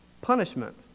punishment